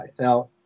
now